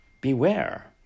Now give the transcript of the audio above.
beware